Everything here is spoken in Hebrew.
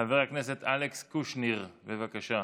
חבר הכנסת אלכס קושניר, בבקשה.